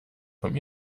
vom